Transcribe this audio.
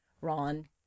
ron